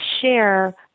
share